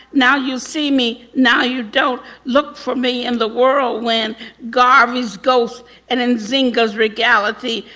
now you see, me now you don't. look for me in the whirlwind. garbage ghosts and in zynga's regality.